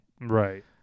Right